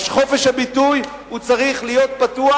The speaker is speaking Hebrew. חופש הביטוי צריך להיות פתוח,